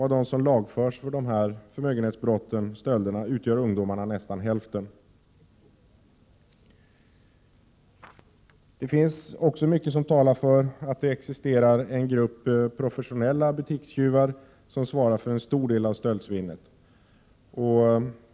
Av dem som lagförs för förmögenhetsbrott utgör ungdomarna nästan hälften. Det finns också mycket som talar för att det existerar en grupp professionella butikstjuvar som svarar för en stor del av stöldsvinnet.